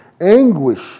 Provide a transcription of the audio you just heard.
anguish